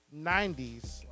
90s